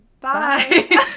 bye